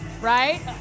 Right